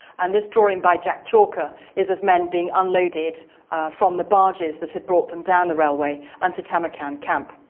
and this drawing by jack chalker is of men being unloaded from the barges that had brought them down the railway and to tamarkan camp.